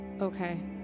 Okay